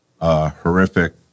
horrific